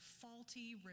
faulty